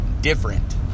different